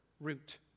root